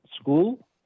school